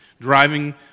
driving